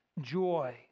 joy